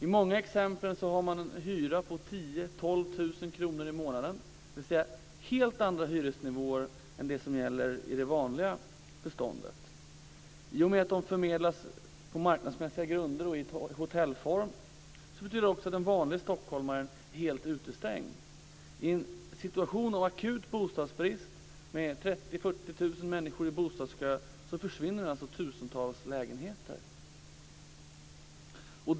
I många fall har man en hyra på 10 000-12 000 kr i månaden, dvs. helt andra hyresnivåer än de som gäller i det vanliga beståndet. I och med att lägenheterna förmedlas på marknadsmässiga grunder och i hotellform betyder det att den vanlige stockholmaren är helt utestängd. I en situation av akut bostadsbrist med 30 000-40 000 människor i bostadskö försvinner alltså tusentals lägenheter.